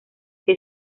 que